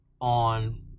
on